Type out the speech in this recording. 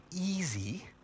easy